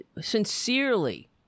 sincerely